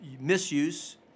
misuse